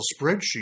spreadsheet